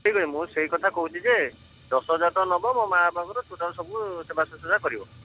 ଠିକ୍ ଅଛି ମୁଁ ସେଇ କଥା କହୁଛି ଯେ ଦଶ ହଜାର ଟଙ୍କା ନେବ ମୋ ମା ବାପାଙ୍କର ଟୋଟାଲ୍ ସବୁ ସେବା ଶୁଶ୍ରୂଷା କରିବ